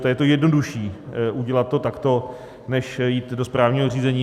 A je to jednodušší udělat to takto než jít do správního řízení.